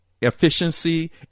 efficiency